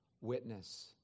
witness